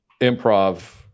improv